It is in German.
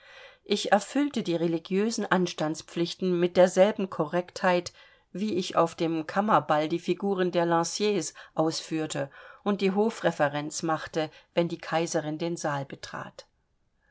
ich erfüllte die religiösen anstandspflichten mit derselben korrektheit wie ich auf dem kammerball die figuren der lanciers ausführte und die hofreverenz machte wenn die kaiserin den saal betrat